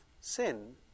sin